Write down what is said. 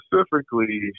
specifically